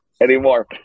anymore